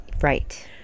Right